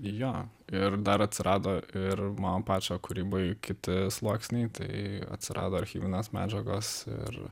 jo ir dar atsirado ir mano pačio kūrybai kiti sluoksniai tai atsirado archyvinės medžiagos ir